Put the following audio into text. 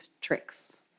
tricks